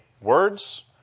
words